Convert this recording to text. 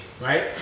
right